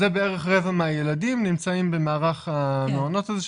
בערך רבע מהילדים נמצאים במערך המעונות הזה,